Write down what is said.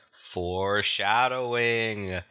Foreshadowing